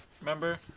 Remember